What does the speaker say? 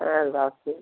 হ্যাঁ রাখছি